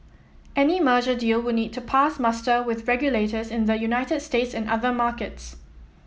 any merger deal would need to pass muster with regulators in the United States and other markets